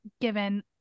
given